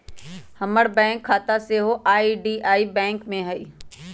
हमर बैंक खता सेहो आई.डी.बी.आई बैंक में हइ